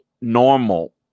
normal